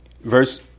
Verse